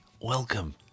welcome